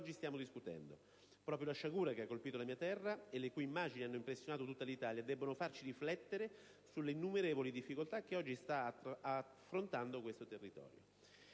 stiamo discutendo. Proprio la sciagura che ha colpito la mia terra, le cui immagini hanno impressionato tutta l'Italia, deve farci riflettere sulle innumerevoli difficoltà che oggi sta affrontando quel territorio.